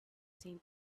same